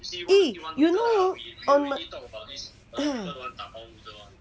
eh you know orh on mm